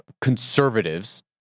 conservatives